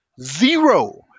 Zero